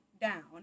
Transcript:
down